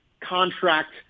contract